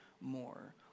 more